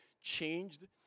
changed